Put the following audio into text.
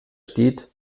steht